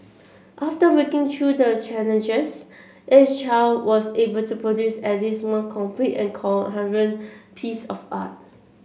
after working through the challenges each child was able to produce at least one complete and coherent piece of art